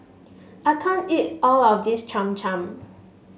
I can't eat all of this Cham Cham